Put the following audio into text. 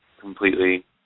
completely